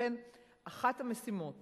לכן אחת המשימות